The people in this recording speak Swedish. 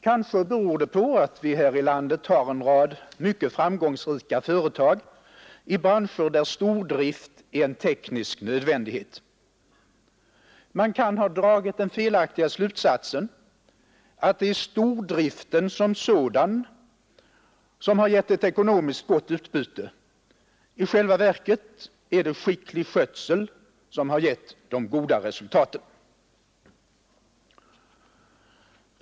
Kanske beror det på att vi här i landet har en rad mycket 119 påverka strukturomvandlingen inom vissa branscher framgångsrika företag i branscher där stordrift är en teknisk nödvändighet. Man kan ha dragit den felaktiga slutsatsen att det är stordriften som sådan som har givit ett ekonomiskt gott utbyte. I själva verket är det skicklig skötsel som har givit de goda resultaten.